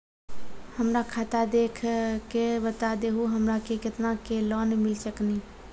हमरा खाता देख के बता देहु हमरा के केतना के लोन मिल सकनी?